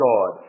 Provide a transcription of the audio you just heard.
God